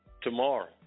Tomorrow